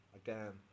again